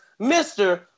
Mr